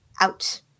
out